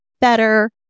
better